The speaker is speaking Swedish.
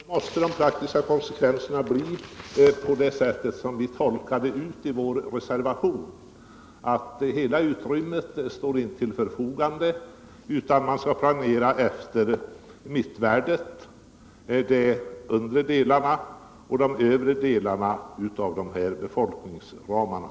Herr talman! Men då måste de praktiska konsekvenserna bli de som vi nämner i vår reservation. Hela utrymmet står inte till förfogande, utan man måste planera efter mittvärdet, de undre eller de övre delarna av befolkningsramarna.